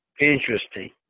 Interesting